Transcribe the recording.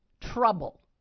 trouble